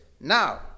Now